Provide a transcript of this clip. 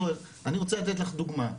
אני רוצה לתת לך דוגמה.